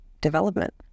development